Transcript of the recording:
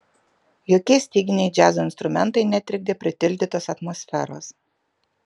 jokie styginiai džiazo instrumentai netrikdė pritildytos atmosferos